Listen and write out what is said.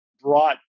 brought